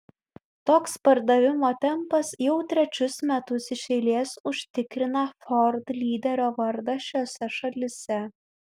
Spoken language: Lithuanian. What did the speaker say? toks pardavimo tempas jau trečius metus iš eilės užtikrina ford lyderio vardą šiose šalyse